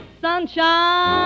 sunshine